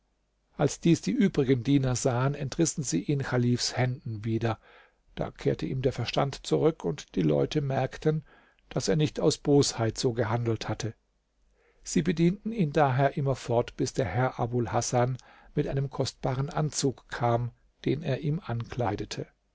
als dies die übrigen diener sahen entrissen sie ihn chalifs händen wieder da kehrte ihm der verstand zurück und die leute merkten daß er nicht aus bosheit so gehandelt hatte sie bedienten ihn daher immerfort bis der herr abul hasan mit einem kostbaren anzug kam den er ihm ankleidete